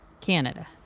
Canada